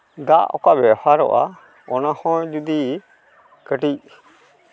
ᱫᱟᱜ ᱚᱠᱟ ᱵᱮᱣᱦᱟᱨᱚᱜᱼᱟ ᱚᱱᱟ ᱦᱚᱸ ᱡᱩᱫᱤ ᱠᱟᱹᱴᱤᱡ